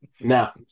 Now